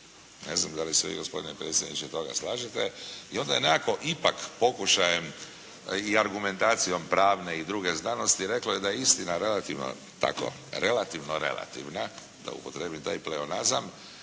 Ne znam da li vi gospodine predsjedniče tome toga slažete, i onda je onako ipak pokušajem i argumentacijom pravne i druge znanosti rekla da je istina relativno tako relativno relativna, da upotrijebim taj pleonazam,